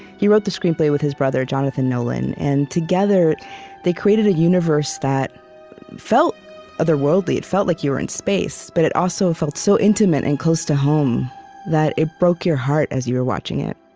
he wrote the screenplay with his brother, jonathan nolan, and together they created a universe that felt otherworldly it felt like you were in space, but it also felt so intimate and close to home that it broke your heart as you were watching it